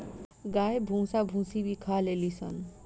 गाय भूसा भूसी भी खा लेली सन